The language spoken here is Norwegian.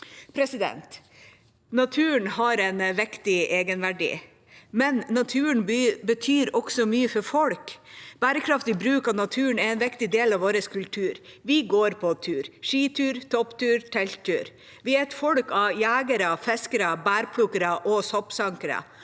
forslag. Naturen har en viktig egenverdi, men naturen betyr også mye for folk. Bærekraftig bruk av naturen er en viktig del av vår kultur. Vi går på tur – skitur, topptur, telttur. Vi er et folk av jegere, fiskere, bærplukkere og soppsankere,